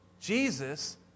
Jesus